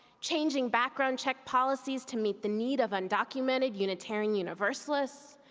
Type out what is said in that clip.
chaining background check policies to meet the need of undocumented unitarian universalists.